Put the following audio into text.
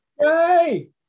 Yay